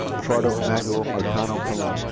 ricardo emmanuel marcano colon.